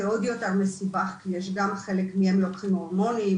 זה עוד יותר מסובך כי גם חלק מהם לוקחים הורמונים,